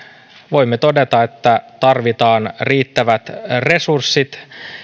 voimme todeta että tarvitaan riittävät resurssit